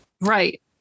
Right